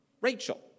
Rachel